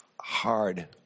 hard